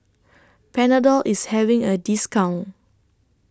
Panadol IS having A discount